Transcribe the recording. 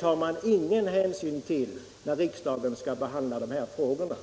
tas det ingen hänsyn till när riksdagen skall behandla de här frågorna.